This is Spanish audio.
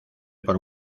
por